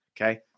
Okay